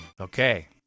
Okay